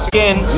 Again